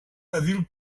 edil